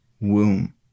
womb